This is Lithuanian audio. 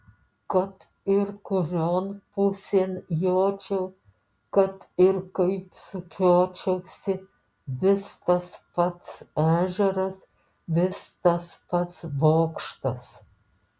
kad ir kurion pusėn jočiau kad ir kaip sukiočiausi vis tas pats ežeras vis tas pats bokštas